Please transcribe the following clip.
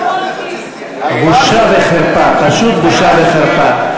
בושה וחרפה, פשוט בושה וחרפה.